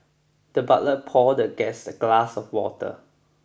the butler poured the guest a glass of water